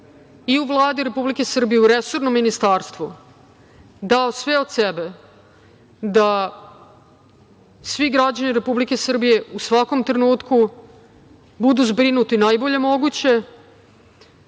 i u Vladi Republike Srbije u resornom ministarstvu, dao sve od sebe da svi građani Republike Srbije u svakom trenutku budu zbrinuti najbolje moguće,